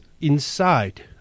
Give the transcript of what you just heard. inside